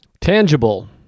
Tangible